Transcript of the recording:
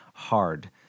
Hard